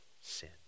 sin